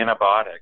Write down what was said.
antibiotic